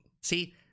See